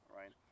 right